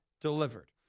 delivered